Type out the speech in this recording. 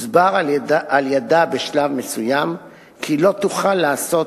היא הסבירה בשלב מסוים כי לא תוכל לעשות